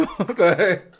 Okay